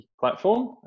platform